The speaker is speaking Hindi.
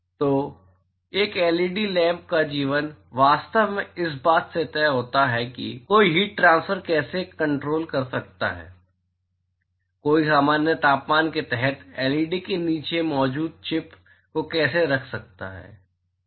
तो एक एलईडी लैंप का जीवन वास्तव में इस बात से तय होता है कि कोई हीट ट्रांसफर को कैसे कंट्रोल कर सकता है कोई सामान्य तापमान के तहत एलईडी के नीचे मौजूद चिप को कैसे रख सकता है